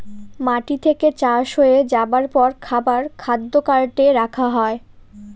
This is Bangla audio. মাটি থেকে চাষ হয়ে যাবার পর খাবার খাদ্য কার্টে রাখা হয়